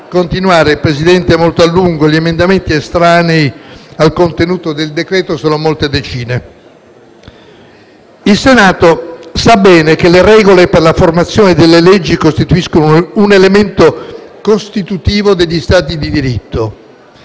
Il Senato sa bene che le regole per la formazione delle leggi costituiscono un elemento costitutivo degli Stati di diritto.